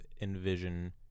envision